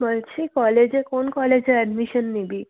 বলছি কলেজে কোন কলেজে অ্যাডমিশন নিবি